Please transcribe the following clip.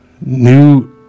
new